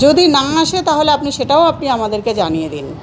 যদি না আসে তাহলে আপনি সেটাও আপনি আমাদেরকে জানিয়ে দিন